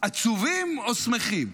עצובים או שמחים?